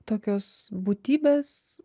tokios būtybės